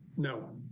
no.